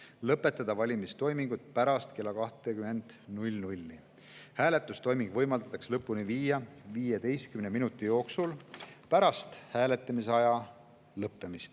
lõpetada valimistoimingud pärast kella 20. Hääletustoiming võimaldatakse lõpuni viia 15 minuti jooksul pärast hääletamise aja lõppemist,